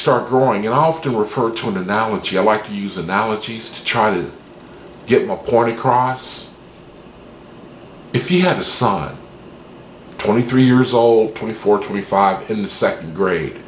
start growing you often refer to an analogy i like to use analogies to try to get my point across if you have a size twenty three years old twenty four twenty five in the second grade